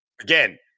again